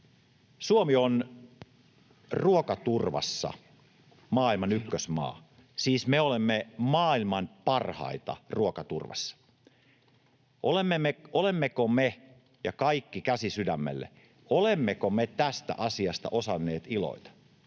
Suomi on ruokaturvassa maailman ykkösmaa — siis me olemme maailman parhaita ruokaturvassa. Olemmeko me — ja kaikki käsi sydämelle — tästä asiasta osanneet iloita?